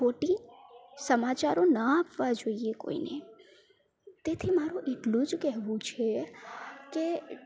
ખોટી સમાચારો ના આપવા જોઈએ કોઈને તેથી મારું એટલું જ કહેવું છે કે